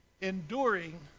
enduring